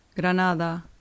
Granada